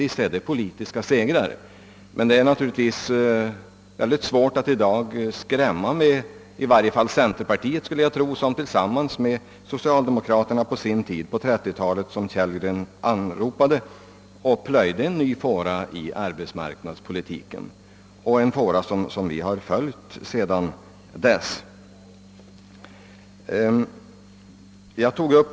Visst är detta politiska segrar, men det är naturligtvis svårt att i dag lyckas med att skrämma i varje fall centerpartiet, skulle jag tro, som tillsammans med socialdemokraterna på sin tid — det var bondeförbundet på 1930 talet som herr Kellgren åsyftade — plöjde upp en ny fåra i arbetsmarknadspolitiken, en fåra som vi har följt sedan dess.